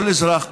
כל אזרח,